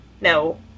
No